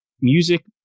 Music